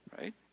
right